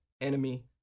Enemy